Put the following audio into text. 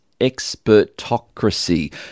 expertocracy